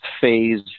phase